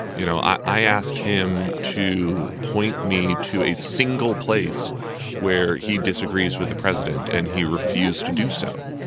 you know, i asked him to point me to a single place where he disagrees with the president. and he refused to do so,